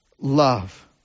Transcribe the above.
love